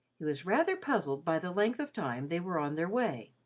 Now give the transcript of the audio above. he was rather puzzled by the length of time they were on their way.